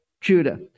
Judah